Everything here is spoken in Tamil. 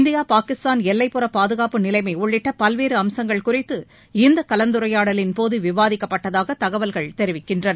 இந்தியா பாகிஸ்தான் எல்லைப்புற பாதுகாப்பு நிலைமை உள்ளிட்ட பல்வேறு அம்சங்கள் குறித்து இந்தக் கலந்துரையாடலின் போது விவாதிக்கப்பட்டதாக தகவல்கள் தெரிவிக்கின்றன